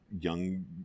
young